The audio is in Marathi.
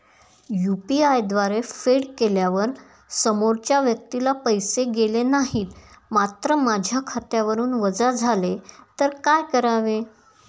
यु.पी.आय द्वारे फेड केल्यावर समोरच्या व्यक्तीला पैसे गेले नाहीत मात्र माझ्या खात्यावरून वजा झाले तर काय करावे?